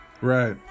Right